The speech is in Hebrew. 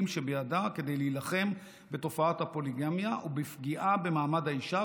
שבידה כדי להילחם בתופעת הפוליגמיה ובפגיעה במעמד האישה,